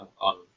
on